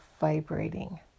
vibrating